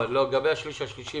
לגבי השליש השלישי,